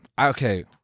Okay